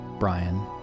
Brian